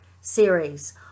series